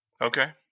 Okay